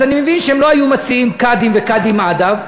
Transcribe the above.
אז אני מבין שהם לא היו מציעים לגבי קאדים וקאדים מד'הב.